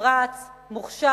נמרץ ומוכשר.